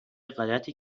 غلطی